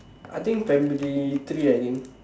I think primary three I think